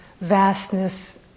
vastness